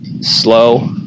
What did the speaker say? Slow